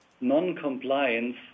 non-compliance